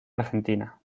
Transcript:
argentina